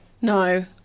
no